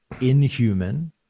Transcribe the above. inhuman